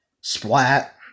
Splat